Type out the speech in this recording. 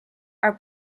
are